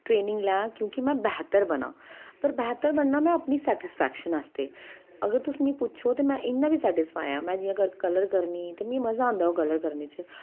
training लैं क्योंकि में बेह्तर बनां पर बेह्तर बनना में अपनी सेटिस्फेक्शन आस्तै अगर तुस मिगी पुच्छो तो में इ'यां बी सेटिस्फाई आं में जि'यां घर कलर करनी ते मिगी मज़ा आंदा ओह् कलर करने च